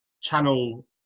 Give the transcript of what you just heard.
channel